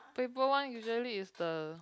paper one usually is the